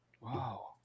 Wow